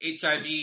HIV